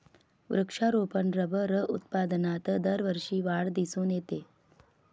वृक्षारोपण रबर उत्पादनात दरवर्षी वाढ दिसून येते